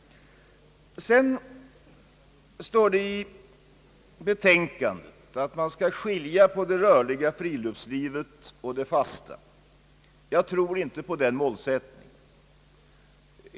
Det står i betänkandet att man skall skilja på det rörliga friluftslivet och det fasta. Jag tror inte på den målsättningen!